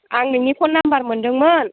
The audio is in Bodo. आं नोंनि फन नाम्बार मोन्दोंमोन